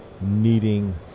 needing